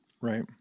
right